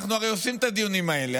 אנחנו הרי עושים את הדיונים האלה,